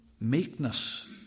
meekness